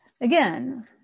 Again